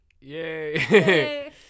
Yay